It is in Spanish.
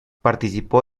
participó